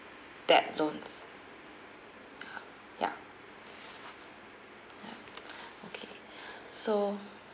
bad loans ya ya ya okay so